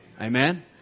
Amen